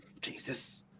Jesus